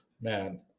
man